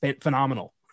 phenomenal